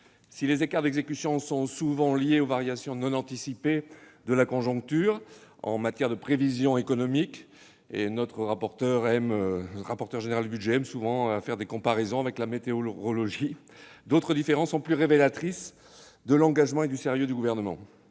Si les écarts d'exécution sont souvent liés aux variations non anticipées de la conjoncture- en matière de prévision économique, notre rapporteur général aime souvent à faire des comparaisons avec la météorologie -, d'autres différences sont plus révélatrices de l'engagement et du sérieux du Gouvernement.